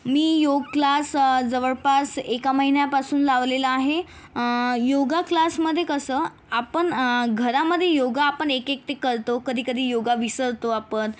मी yoga class जवळपास एका महिन्यापासून लावलेला आहे योगा क्लासमध्ये कसं आपण घरामध्ये योगा आपण एकएकटे करतो कधीकधी योगा विसरतो आपण